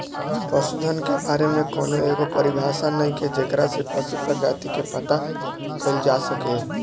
पशुधन के बारे में कौनो एगो परिभाषा नइखे जेकरा से पशु प्रजाति के पता कईल जा सके